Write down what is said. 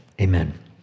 amen